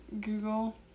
Google